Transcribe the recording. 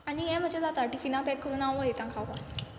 आनी हें म्हजें जाता टिफिना पॅक करून हांव वयता खावपा